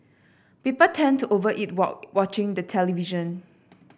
people tend to over eat while watching the television